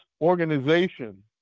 organization